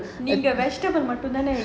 நீங்க மட்டும் தான:neenga mattum thaana